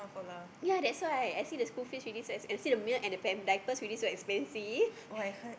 ya that's why I see the school fees already so and see the milk and the pamp~ diapers already so expensive